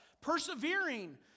Persevering